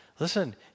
Listen